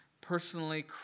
personally